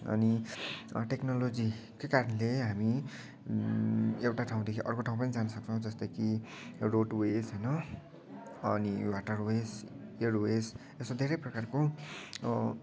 अनि टेक्नोलोजीकै कारणले हामी एउटा ठाँउदेखि अर्को ठाँउ पनि जान सक्छौँ जस्तो की रोडवेस होइन अनि वाटरवेस एयरवेस यस्तो धेरै प्रकारको